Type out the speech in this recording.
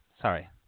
Sorry